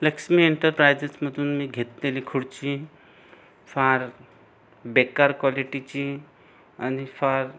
लक्ष्मी एंटरप्राइजेसमधून मी घेतलेली खुर्ची फार बेकार क्वालिटीची आणि फार